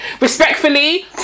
respectfully